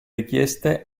richieste